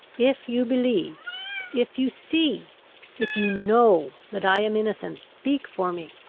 if you believe if you see if you know, that i am innocent, speak for me.